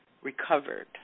recovered